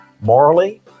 morally